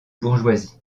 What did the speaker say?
bourgeoisie